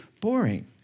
Boring